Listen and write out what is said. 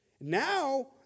Now